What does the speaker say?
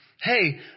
hey